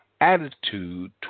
attitude